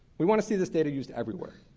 we want to see this data used everywhere.